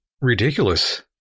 ridiculous